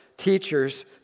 teachers